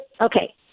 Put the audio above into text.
Okay